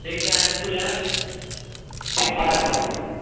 ठीक छै अहाँ इस्कुल आयब ठीक छै राखैत छी